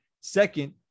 Second